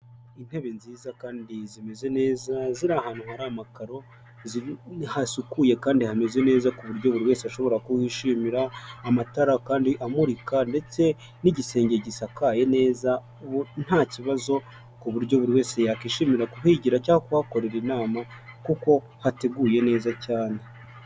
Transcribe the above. Intebe nziza kandi zimeze neza ziri rahantu hari amakaro hasukuye kandi hameze neza ku buryo buri wese ashobora kuhishimira, amatara kandi amurika ndetse n'igisenge gisakaye neza, nta kibazo ku buryo buri wese yakishimira kuhigira cyangwa kuhakorera inama kuko hateguye neza cyane.